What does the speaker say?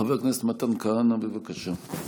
חבר הכנסת מתן כהנא, בבקשה.